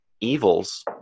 evils